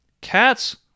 cats